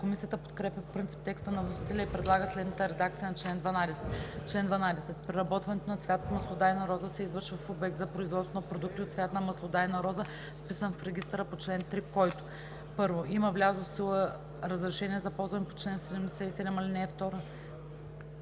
Комисията подкрепя по принцип текста на вносителя и предлага следната редакция на чл. 12: „Чл. 12. Преработването на цвят от маслодайна роза се извършва в обект за производство на продукти от цвят на маслодайна роза, вписан в регистъра по чл. 3, който: 1. има влязло в сила разрешение за ползване по чл. 177, ал. 2, съответно